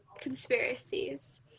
conspiracies